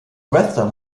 western